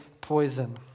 poison